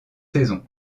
saison